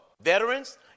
Veterans